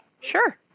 Sure